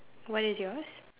what is yours